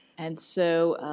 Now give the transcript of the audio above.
and so